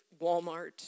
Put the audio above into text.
Walmart